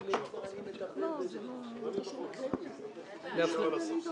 מכניסים לחוק את זה שהמסלול הקיים נשאר ואם מכניסים לחוק